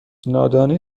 نادانی